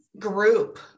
group